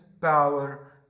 power